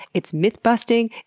it's myth-busting.